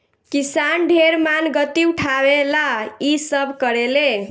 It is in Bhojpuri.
किसान ढेर मानगती उठावे ला इ सब करेले